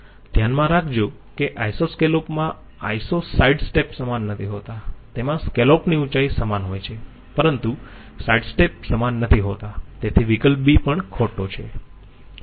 ધ્યાનમાં રાખજો કે આઈસોસ્કેલોપ માં આઈસો સાઈડસ્ટેપ સમાન નથી હોતા તેમાં સેકેલોપ ની ઉંચાઈ સમાન હોય છે પરંતુ સાઈડ સ્ટેપ સમાન નથી હોતા તેથી વિકલ્પ b પણ ખોટો છે